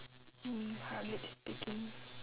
you mean public speaking